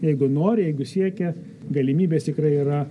jeigu nori jeigu siekia galimybės tikrai yra